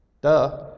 Duh